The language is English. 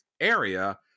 area